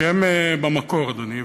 השם במקור, אדוני.